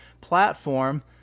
platform